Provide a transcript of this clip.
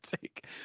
take